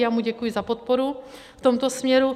Já mu děkuji za podporu v tomto směru.